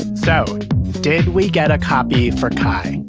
so did we get a copy for kai?